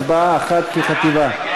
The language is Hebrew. הצבעה אחת כחטיבה.